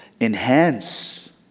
enhance